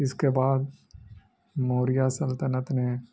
اس کے بعد موریہ سلطنت نے